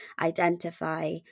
identify